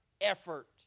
effort